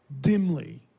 dimly